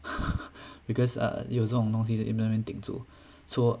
because err 有这种东西在一边那边顶住